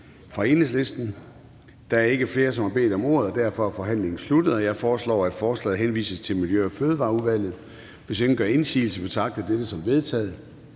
fra Enhedslisten. Der er ikke flere, der har bedt om ordet, og derfor er forhandlingen sluttet. Jeg foreslår, at forslaget til folketingsbeslutning henvises til Udenrigsudvalget. Og hvis ingen gør indsigelse, betragter jeg dette som vedtaget.